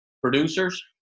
producers